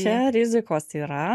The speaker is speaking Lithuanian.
čia rizikos yra